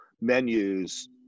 menus